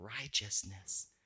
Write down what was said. righteousness